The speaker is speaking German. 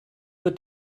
wird